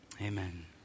Amen